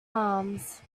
arms